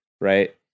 right